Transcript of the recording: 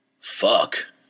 Fuck